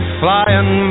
flying